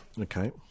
Okay